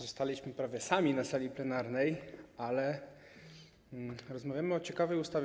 Zostaliśmy prawie sami na sali plenarnej, ale rozmawiamy o ciekawej ustawie.